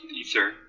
Ether